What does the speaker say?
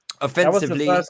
offensively